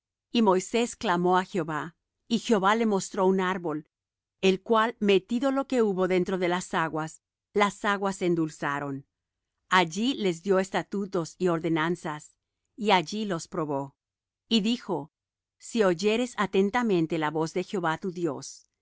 y moisés clamó á jehová y jehová le mostró un árbol el cual metídolo que hubo dentro de las aguas las aguas se endulzaron allí les dió estatutos y ordenanzas y allí los probó y dijo si oyeres atentamente la voz de jehová tu dios